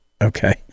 Okay